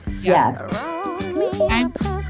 Yes